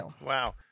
Wow